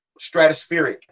Stratospheric